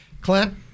Clint